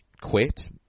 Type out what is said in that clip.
quit